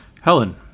Helen